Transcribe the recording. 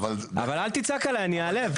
אבל אל תצעק עליי, אני איעלב.